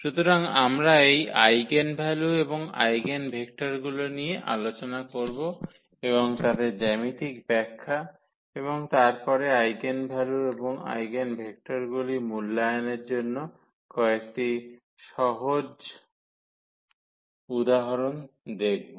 সুতরাং আমরা এই আইগেনভ্যালু এবং আইগেনভেক্টরগুলি নিয়ে আলোচনা করব এবং তাদের জ্যামিতিক ব্যাখ্যা এবং তারপরে আইগেনভ্যালু এবং আইগেনভেক্টরগুলি মূল্যায়নের জন্য কয়েকটি সহজ উদাহরণ দেখব